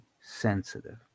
Sensitive